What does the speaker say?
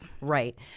Right